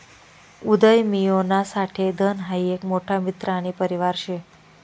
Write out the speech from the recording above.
उदयमियोना साठे धन हाई एक मोठा मित्र आणि परिवार शे